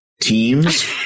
teams